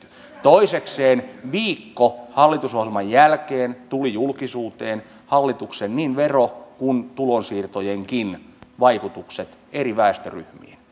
toisekseen viikko hallitusohjelman jälkeen tulivat julkisuuteen hallituksen niin verojen kuin tulonsiirtojenkin vaikutukset eri väestöryhmiin